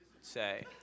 say